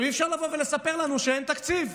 אי-אפשר לבוא ולספר לנו שאין תקציב,